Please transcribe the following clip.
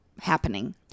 happening